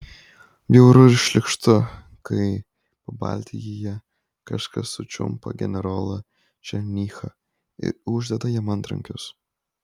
bjauru ir šlykštu kai pabaltijyje kažkas sučiumpa generolą černychą ir uždeda jam antrankius